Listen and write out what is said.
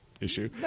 issue